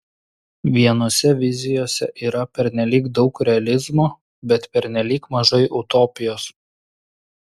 vienose vizijose yra pernelyg daug realizmo bet pernelyg mažai utopijos